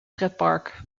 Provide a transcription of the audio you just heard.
pretpark